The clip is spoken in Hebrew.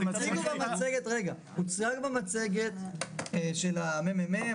הוצג במצגת של הממ"מ,